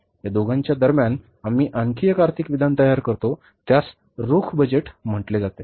या दोघांच्या दरम्यान आम्ही आणखी एक आर्थिक विधान तयार करतो ज्यास रोख बजेट म्हटले जाते बरोबर